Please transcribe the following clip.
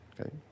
okay